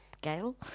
Gail